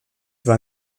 war